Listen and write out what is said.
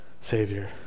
Savior